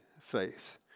faith